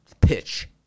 pitch